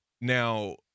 Now